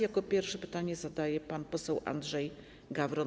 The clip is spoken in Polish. Jako pierwszy pytanie zadaje pan poseł Andrzej Gawron.